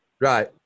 Right